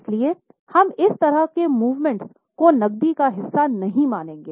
इसलिए हम इस तरह के मूवमेंट्स को नक़दी का हिस्सा नहीं मानेंगे